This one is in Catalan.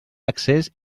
accés